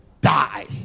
die